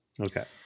okay